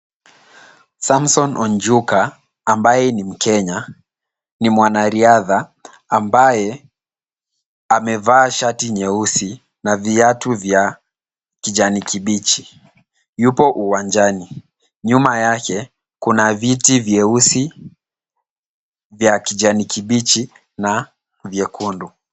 Samson Ojuka ambaye ni mkenya, ni mwanariadha ambaye amevaa shati nyeusi na viatu vya kijani kibichi. Yupo uwanjani. Nyuma yake kuna viti nyeusi, vya kijani kibichi na vyekundu.